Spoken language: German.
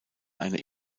eine